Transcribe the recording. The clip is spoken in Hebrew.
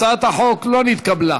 הצעת החוק לא נתקבלה.